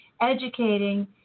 educating